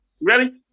Ready